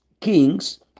kings